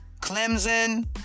Clemson